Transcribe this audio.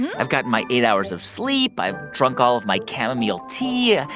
i've gotten my eight hours of sleep. i've drunk all of my chamomile tea. ah